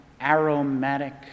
aromatic